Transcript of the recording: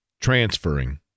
transferring